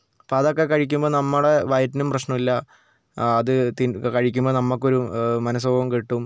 അപ്പം അതൊക്കെ കഴിക്കുമ്പം നമ്മളെ വയറ്റിനും പ്രശ്നമില്ല ആ അത് കഴിക്കുമ്പം നമ്മൾക്കൊരു മനഃസുഖവും കിട്ടും